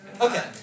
Okay